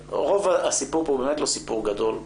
הסיפור כאן הוא לא סיפור גדול,